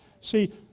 See